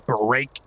break